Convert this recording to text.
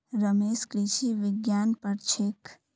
रमेश कृषि विज्ञान पढ़ छेक